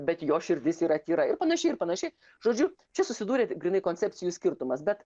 bet jo širdis yra tyra ir panašiai ir panašiai žodžiu čia susidūrė grynai koncepcijų skirtumas bet